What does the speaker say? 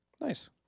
Nice